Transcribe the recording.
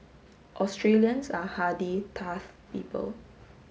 Australians are hardy tough people